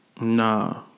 Nah